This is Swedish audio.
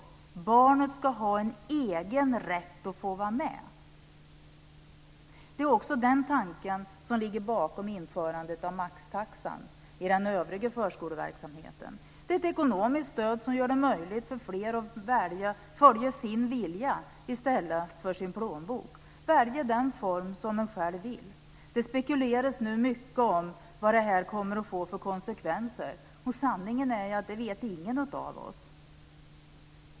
Barnet ska ha en egen rätt att få vara med. Det är också den tanken som ligger bakom införandet av maxtaxan i den övriga förskoleverksamheten. Det är ett ekonomiskt stöd som gör det möjligt för fler att följa sin vilja i stället för sin plånbok, att välja den form som man själv vill. Det spekuleras nu mycket om vad det här kommer att få för konsekvenser. Sanningen är att det vet ingen av oss.